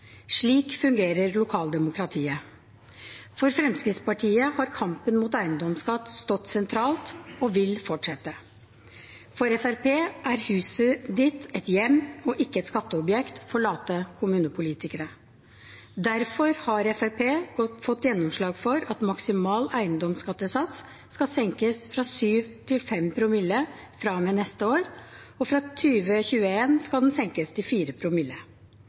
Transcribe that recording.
Slik fungerer lokaldemokratiet. For Fremskrittspartiet har kampen mot eiendomsskatt stått sentralt, og den vil fortsette. For Fremskrittspartiet er huset ditt et hjem og ikke et skatteobjekt for late kommunepolitikere. Derfor har Fremskrittspartiet fått gjennomslag for at maksimal eiendomsskattesats skal senkes fra 7 til 5 promille fra og med neste år. Og fra 2021 skal den senkes til 4 promille.